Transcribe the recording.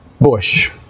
bush